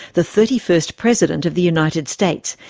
the thirty first president of the united states,